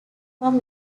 from